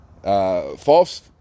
False